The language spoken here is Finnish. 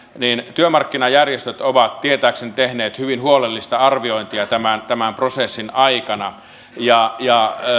työmarkkinajärjestöt ovat tietääkseni tehneet hyvin huolellista arviointia tämän tämän prosessin aikana ja ja